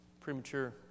premature